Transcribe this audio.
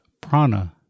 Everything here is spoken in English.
prana